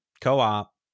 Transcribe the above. co-op